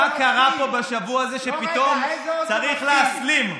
מה קרה פה בשבוע הזה, שפתאום צריך להסלים?